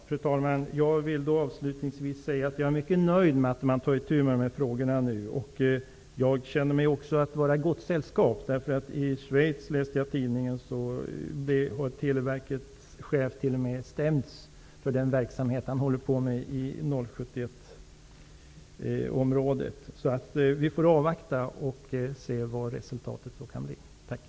Fru talman! Jag vill avslutningsvis säga att jag är mycket nöjd med att man tar itu med dessa frågor. Jag känner mig vara i gott sällskap. I Schweiz har Televerkets chef t.o.m. stämts för den verksamhet han håller på med inom 071-området. Vi får väl avvakta och se vad resultatet kan bli. Tack!